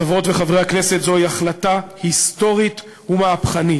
חברות וחברי הכנסת, זוהי החלטה היסטורית ומהפכנית.